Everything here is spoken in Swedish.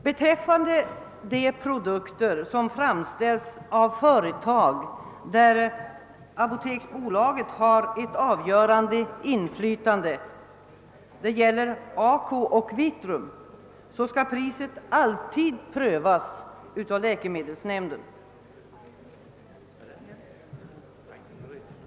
Priserna på produkter som framställts av företag där apoteksbolaget har ett avgörande inflytande — det gäller ACO och Vitrum — skall alltid prövas av läkemedelsnämnden.